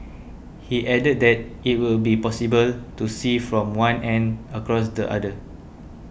he added that it will be possible to see from one end across to the other